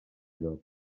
lloc